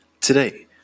Today